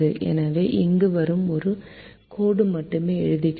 எனவே இங்கு வரும் ஒரு கோடு மட்டுமே எழுதுகிறோம்